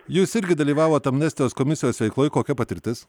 jūs irgi dalyvavot amnestijos komisijos veikloj kokia patirtis